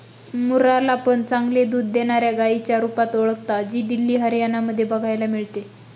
मुर्रा ला पण चांगले दूध देणाऱ्या गाईच्या रुपात ओळखता, जी दिल्ली, हरियाणा मध्ये बघायला मिळते